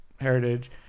heritage